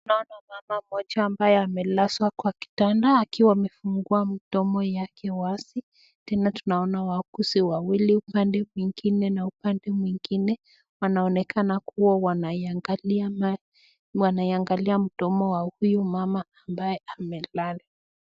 Naona mama moja ambaye amelazwa kwa kitanda akiwa amefungua mdomo yake wazi, tena tunaona wauguzi wawili na upande mwingine na upande mwingine ,wanaonekana kama wanaingalia mdomo ya huyu mama ambaye amelala.